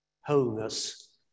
wholeness